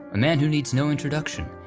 a man who needs no introduction,